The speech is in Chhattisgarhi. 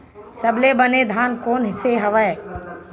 सबले बने धान कोन से हवय?